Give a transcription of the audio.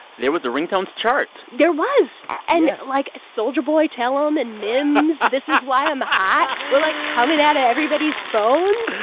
there was a ringtones chart there was yes and, like, soulja boy tell em and mims this is why i'm hot. were, like, coming out of everybody's phones.